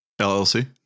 LLC